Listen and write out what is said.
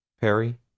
Perry